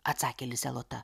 atsakė lisė lota